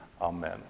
Amen